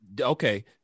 okay